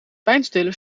pijnstiller